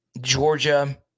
Georgia